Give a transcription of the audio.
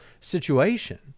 situation